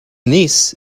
niece